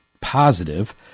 positive